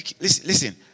Listen